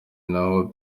naho